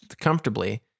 comfortably